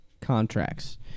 contracts